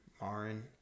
Marin